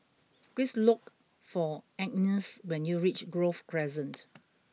please look for Agness when you reach Grove Crescent